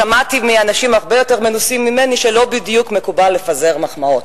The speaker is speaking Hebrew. שמעתי מאנשים הרבה יותר מנוסים ממני שלא בדיוק מקובל לפזר מחמאות,